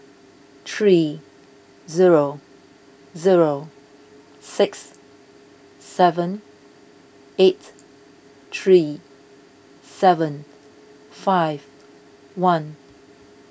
three zero zero six seven eight three seven five one